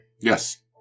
Yes